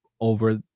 over